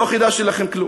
לא חידשתי לכם כלום.